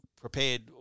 prepared